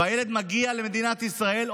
והילד מגיע למדינת ישראל,